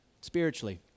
spiritually